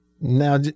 Now